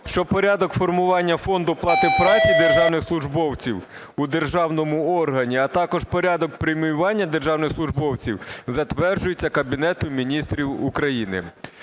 що порядок формування фонду оплати праці державних службовців у державному органі, а також порядок преміювання державних службовців затверджується Кабінетом Міністрів України.